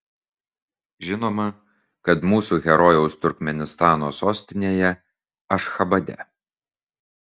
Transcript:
žinoma kad mūsų herojaus turkmėnistano sostinėje ašchabade